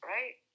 Right